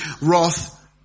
wrath